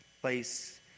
place